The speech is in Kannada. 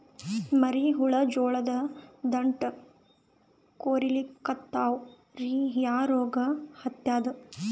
ಮರಿ ಹುಳ ಜೋಳದ ದಂಟ ಕೊರಿಲಿಕತ್ತಾವ ರೀ ಯಾ ರೋಗ ಹತ್ಯಾದ?